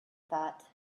thought